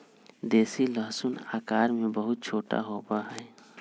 देसी लहसुन आकार में बहुत छोटा होबा हई